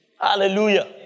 Hallelujah